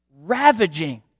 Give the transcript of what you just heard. Ravaging